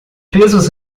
pesos